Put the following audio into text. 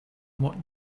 what